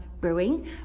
brewing